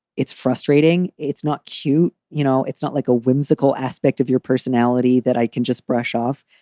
it's frustrating. it's not cute. you know, it's not like a whimsical aspect of your personality that i can just brush off.